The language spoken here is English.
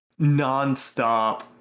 nonstop